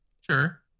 Sure